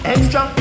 Extra